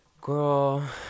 girl